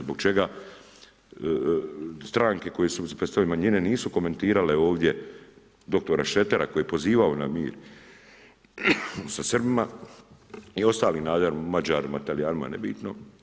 Zbog čega stranke koje su predstavljaju manjine nisu komentirale ovdje dr. Šretera koji je pozivao na mir sa Srbima i ostalim narodima, Mađarima, Talijanima, nebitno.